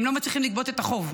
הם לא מצליחים לגבות את החוב.